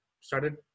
started